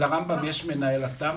לרמב"ם יש מנהל אתר.